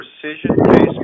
precision-based